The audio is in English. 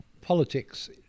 politics